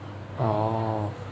orh